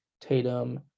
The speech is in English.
Tatum